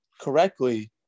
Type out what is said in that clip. correctly